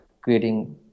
creating